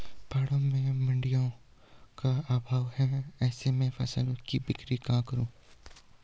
पहाड़ों में मडिंयों का अभाव है ऐसे में फसल की बिक्री कहाँ करूँ?